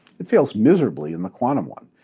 it fails miserably in the quantum one.